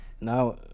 Now